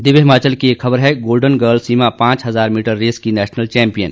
दिव्य हिमाचल की एक खबर है गोल्डन गर्ल सीमा पांच हजार मीटर रेस की नेशनल चैं पियन